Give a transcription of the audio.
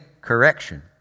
correction